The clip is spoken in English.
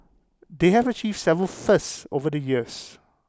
they have achieved several firsts over the years